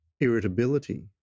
irritability